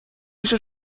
پیش